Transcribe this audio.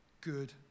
good